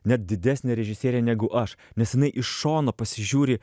net didesnė režisierė negu aš nes jinai iš šono pasižiūri